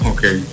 Okay